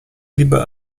либо